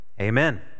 Amen